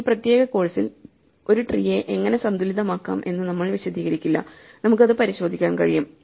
ഈ പ്രത്യേക കോഴ്സിൽ ഒരു ട്രീയെ എങ്ങനെ സന്തുലിതമാക്കാം എന്ന് നമ്മൾ വിശദീകരിക്കില്ല നമുക്ക് അത് പരിശോധിക്കാൻ കഴിയും